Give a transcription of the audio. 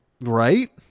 Right